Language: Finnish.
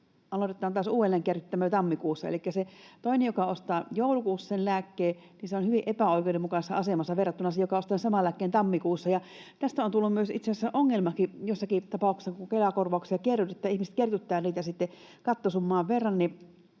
taas uudelleen kerryttämään jo tammikuussa. Elikkä se toinen, joka ostaa joulukuussa sen lääkkeen, on hyvin epäoikeudenmukaisessa asemassa verrattuna siihen, joka ostaa sen saman lääkkeen tammikuussa. Tästä on tullut itse asiassa ongelmakin joissakin tapauksissa, kun